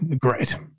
great